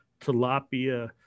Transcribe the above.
Tilapia